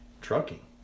trucking